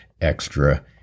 extra